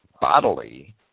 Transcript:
bodily